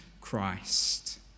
Christ